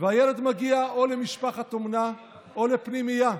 והילד מגיע או למשפחת אומנה או לפנימייה.